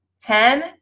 Ten